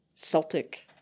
Celtic